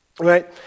Right